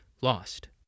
lost